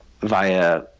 via